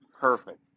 Perfect